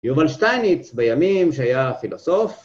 יובל שטייניץ בימים שהיה פילוסוף.